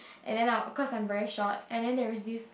and then I cause I am very short and then there is this